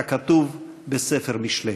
ככתוב בספר משלי.